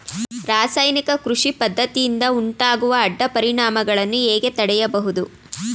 ರಾಸಾಯನಿಕ ಕೃಷಿ ಪದ್ದತಿಯಿಂದ ಉಂಟಾಗುವ ಅಡ್ಡ ಪರಿಣಾಮಗಳನ್ನು ಹೇಗೆ ತಡೆಯಬಹುದು?